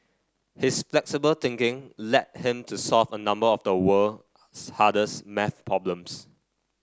his flexible thinking led him to solve a number of the world's hardest maths problems